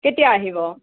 কেতিয়া আহিব